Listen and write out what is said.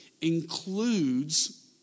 includes